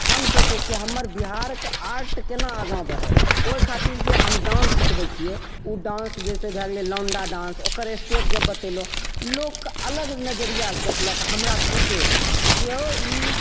हम सोचै छिए हमर बिहारके आर्ट कोना आगाँ बढ़ै ओहि खातिर जे हम डान्स सिखबै छिए ओ डान्स जइसे भै गेलै लौण्डा डान्स ओकर एस्टेप जब बतेलहुँ लोकके अलग नजरियासे देखलक हमरा खुदे कि हौ ई